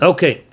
Okay